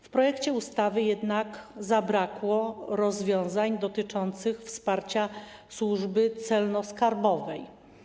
W projekcie ustawy jednak zabrakło rozwiązań dotyczących wsparcia służby celno-skarbowej.